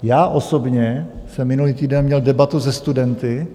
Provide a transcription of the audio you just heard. Já osobně jsem minulý týden měl debatu se studenty.